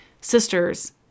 sisters